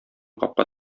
капка